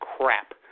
crap